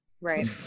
Right